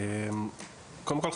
קודם כל,